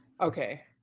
Okay